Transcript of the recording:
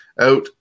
out